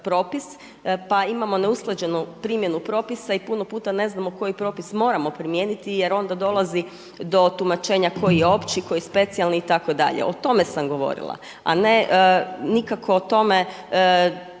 pa imamo neusklađenu primjenu propisa i puno puta ne znamo koji propis moramo primijeniti, jer onda dolazi do tumačenja koji je opći, koji je specijalni itd. O tome sam govorila, a ne nikako o tome